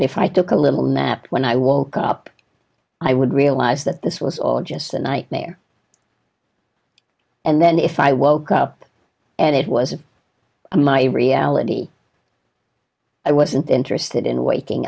if i took a little nap when i woke up i would realize that this was all just a nightmare and then if i woke up and it was of my reality i wasn't interested in waking